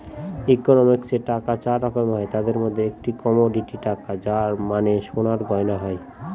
ইকোনমিক্সে টাকা চার রকমের হয় তাদের মধ্যে একটি কমোডিটি টাকা যার মানে সোনার গয়না হয়